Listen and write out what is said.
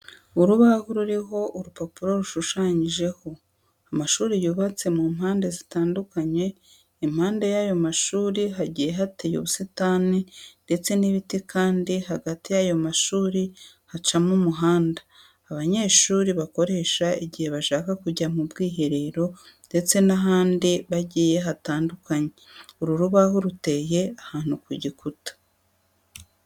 Urubaho ruriho urupapuro rushushanyijeho amashuri yubatse mu mpande zitandukanye, impande y'ayo mashuri hagiye hateye ubusitani ndetse n'ibiti kandi hagati y'ayo mashuri hacamo umuhanda abanyeshuri bakoresha igihe bashaka kujya mu bwiherero ndetse n'ahandi hagiye hatandukanye. Uru rubaho ruteye ahantu ku gikuta.